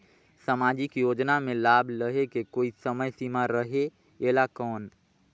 समाजिक योजना मे लाभ लहे के कोई समय सीमा रहे एला कौन?